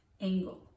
angle